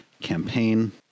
campaign